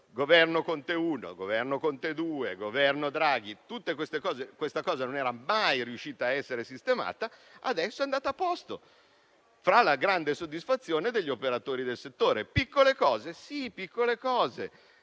(Governo Conte I, Governo Conte II e Governo Draghi) in cui questa cosa non era mai riuscita a essere sistemata, adesso è andata a posto, con grande soddisfazione degli operatori del settore. Piccole cose? Sì, piccole cose.